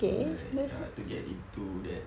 like ya to get into that